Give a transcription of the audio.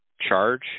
charge